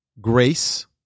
grace